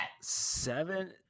Seven